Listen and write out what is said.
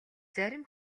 зарим